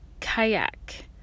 kayak